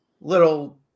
Little